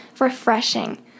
refreshing